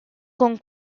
con